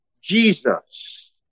Jesus